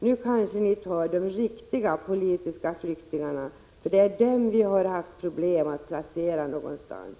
Nu kanske ni tar de riktiga politiska flyktingarna, för det är dem vi har problem att placera någonstans.”